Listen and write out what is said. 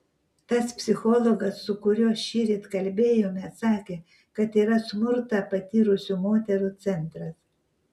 tas psichologas su kuriuo šįryt kalbėjome sakė kad yra smurtą patyrusių moterų centras